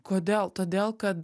kodėl todėl kad